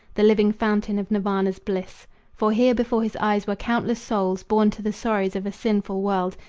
the living fountain of nirvana's bliss for here before his eyes were countless souls, born to the sorrows of a sinful world,